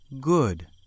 good